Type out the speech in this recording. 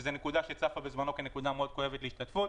וזו נקודה שצפה בזמנו כנקודה מאוד כואבת להשתתפות.